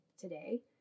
today